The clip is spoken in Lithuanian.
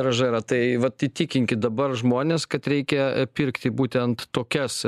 grąža yra tai vat įtikinkit dabar žmones kad reikia pirkti būtent tokias